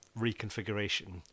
reconfiguration